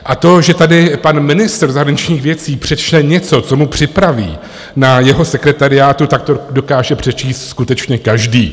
A to, že tady pan ministr zahraničních věcí přečte něco, co mu připraví na jeho sekretariátu, tak to dokáže přečíst skutečně každý.